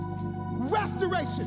restoration